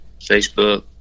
Facebook